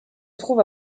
trouve